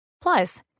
Plus